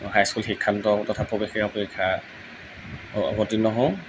high school শিক্ষান্ত তথা প্ৰৱেশিকা পৰীক্ষা অৱতীৰ্ণ হওঁ